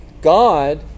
God